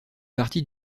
partie